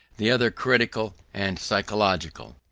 the other critical and psychological.